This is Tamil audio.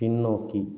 பின்னோக்கி